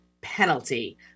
penalty